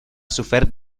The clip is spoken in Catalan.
sofert